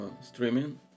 streaming